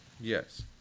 yes